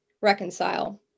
reconcile